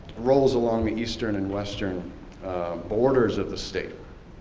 rolls along the eastern and western borders of the state